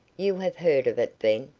you have heard of it, then?